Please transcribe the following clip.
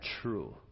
true